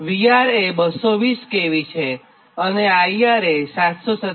VR એ 220 kV છે અને IR 787